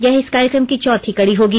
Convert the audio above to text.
यह इस कार्य क्र म की चौथी कड़ी होगी